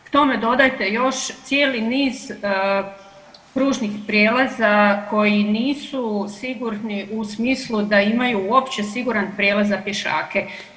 K tome dodajte još cijeli niz pružnih prijelaza koji nisu sigurni u smislu da imaju uopće siguran prijelaz za pješake.